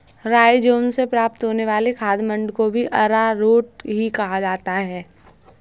rhizome से प्राप्त होने वाले खाद्य मंड को भी अरारोट ही कहा जाता है